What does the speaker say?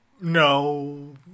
No